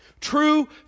True